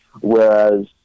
Whereas